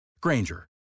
Granger